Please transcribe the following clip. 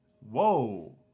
Whoa